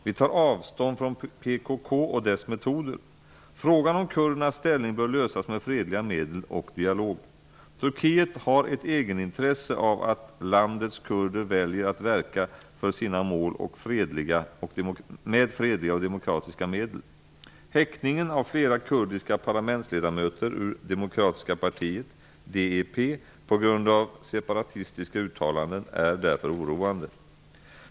Vi tar avstånd från PKK och dess metoder. Frågan om kurdernas ställning bör lösas med fredliga medel och dialog. Turkiet har ett egenintresse av att landets kurder väljer att verka för sina mål med fredliga och demokratiska medel. Häktningen av flera kurdiska parlamentsledamöter ur Demokratiska partiet, DEP, på grund av separatistiska uttalanden, är därför oroande.